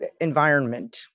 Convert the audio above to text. environment